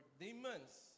demons